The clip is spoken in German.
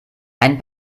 ein